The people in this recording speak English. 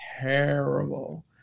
Terrible